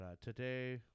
today